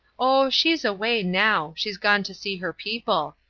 oh, she's away now. she's gone to see her people.